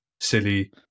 silly